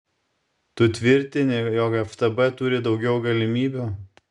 tu tvirtini jog ftb turi daugiau galimybių